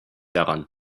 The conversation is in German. daran